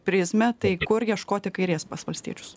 prizmę tai kur ieškoti kairės pas valstiečius